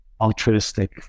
altruistic